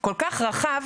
כלומר,